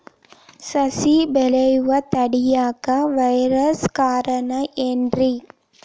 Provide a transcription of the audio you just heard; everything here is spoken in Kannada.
ಸಸಿ ಬೆಳೆಯುದ ತಡಿಯಾಕ ವೈರಸ್ ಕಾರಣ ಏನ್ರಿ?